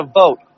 vote